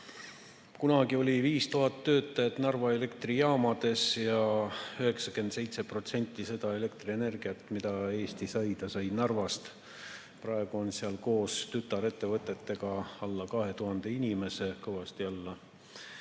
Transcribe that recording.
Kunagi oli 5000 töötajat Narva elektrijaamades ja 97% elektrienergiast, mida Eesti sai, ta sai Narvast. Praegu on seal koos tütarettevõtetega tööl alla 2000 inimese, kõvasti alla